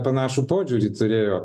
panašų požiūrį turėjo